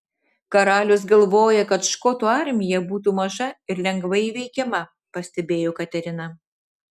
karalius galvoja kad škotų armija būtų maža ir lengvai įveikiama pastebėjo katerina